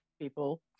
people